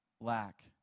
lack